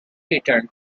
returned